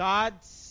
God's